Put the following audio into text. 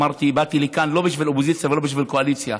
אמרתי: באתי לכאן לא בשביל אופוזיציה ולא בשביל קואליציה.